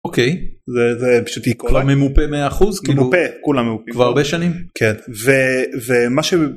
אוקיי זה זה פשוט יקרה איקוליי ממופה 100% כאילו, ממופה, כולם ממופים כבר הרבה שנים וזה מה.